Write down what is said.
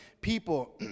people